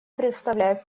представляет